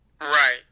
Right